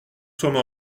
sommes